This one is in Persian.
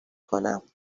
کنم